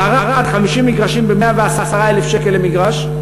בערד 50 מגרשים ב-110,000 שקל למגרש,